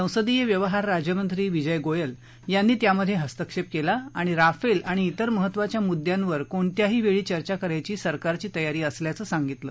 संसदीय व्यवहार राज्यमंत्री विजय गोयल यांनी त्यामध्ये हस्तक्षेप केला आणि राफेल आणि विर महत्त्वाच्या मुद्द्यांवर कोणत्याही वेळी चर्चा करायची सरकारची तयारी असल्याचं सांगितलं